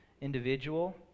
individual